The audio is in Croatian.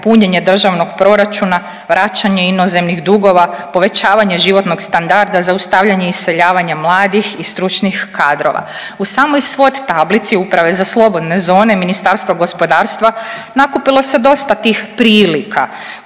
punjenje Državnog proračuna, vraćanje inozemnih dugova, povećavanje životnog standarda, zaustavljanje iseljavanja mladih i stručnih kadrova. U samoj swot tablici Uprave za slobodne zone Ministarstvo gospodarstva nakupilo se dosta tih prilika